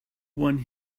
one